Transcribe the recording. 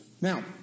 Now